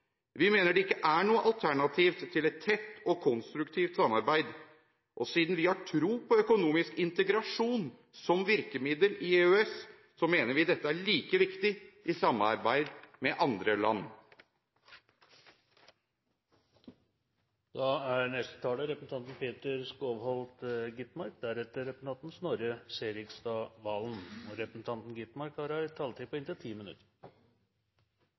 Vi mener det ikke er noe alternativ til et tett og konstruktivt samarbeid, og siden vi har tro på økonomisk integrasjon som virkemiddel i EØS, mener vi dette er like viktig i samarbeid med andre land. La meg aller først takke utenriksministeren for hans redegjørelse, og ikke minst for at han gjennom den senere tid, senest i gårsdagens spørretime, har